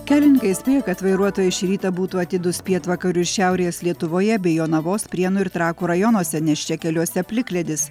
kelininkai įspėja kad vairuotojai šį rytą būtų atidūs pietvakarių ir šiaurės lietuvoje bei jonavos prienų ir trakų rajonuose nes čia keliuose plikledis